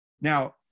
Now